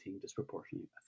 disproportionately